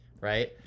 right